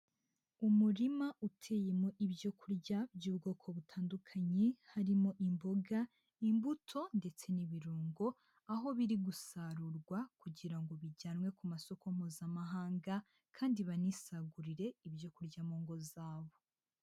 Umurima uteyemo ibyo kurya by'ubwoko butandukanye harimo imboga, imbuto ndetse n'ibirungo, aho biri gusarurwa kugira ngo bijyanwe ku masoko Mpuzamahanga kandi banisagurire ibyo kurya mu ngo zabo.